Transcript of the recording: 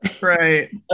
right